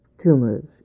tumors